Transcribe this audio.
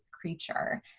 creature